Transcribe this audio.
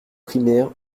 primaire